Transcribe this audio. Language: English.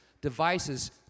devices